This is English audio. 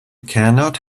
cannot